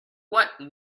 what